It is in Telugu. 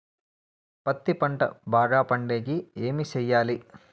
పత్తి పంట బాగా పండే కి ఏమి చెయ్యాలి?